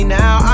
now